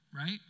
right